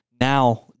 now